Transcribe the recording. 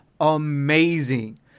amazing